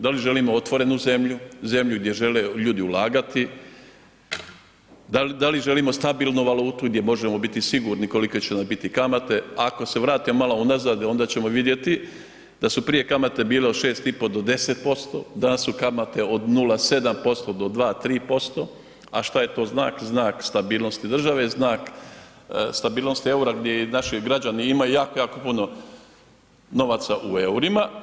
Da li želimo otvorenu zemlju, zemlju gdje žele ljudi ulagati, da li želimo stabilnu valutu gdje možemo biti sigurni koliko će nam biti kamate, ako se vratimo malo unazad, onda ćemo vidjeti da su prije kamate bile od 6,5 do 10%, da su kamate od 0,7% do 2,3%, a šta je to znak, znak stabilnosti države, znak stabilnosti eura gdje i naši građani imaju jako, jako puno novaca u eurima.